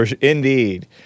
indeed